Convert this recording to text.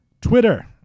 Twitter